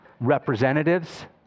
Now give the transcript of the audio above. representatives